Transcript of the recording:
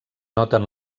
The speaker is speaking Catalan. noten